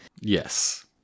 Yes